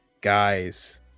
guys